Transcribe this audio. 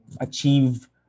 achieve